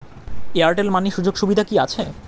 Airtel money সুযোগ সুবিধা কি আছে?